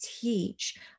teach